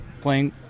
playing